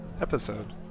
episode